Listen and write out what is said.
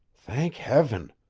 thank heaven!